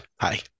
hi